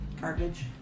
Garbage